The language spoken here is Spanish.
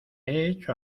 hecho